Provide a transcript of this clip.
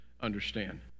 understand